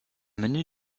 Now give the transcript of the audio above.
menu